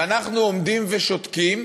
ואנחנו עומדים ושותקים